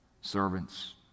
servants